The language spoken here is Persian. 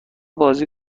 بازی